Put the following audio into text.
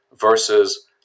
versus